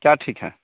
क्या ठीक है